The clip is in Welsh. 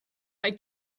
mae